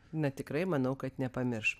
na tikrai manau kad nepamirš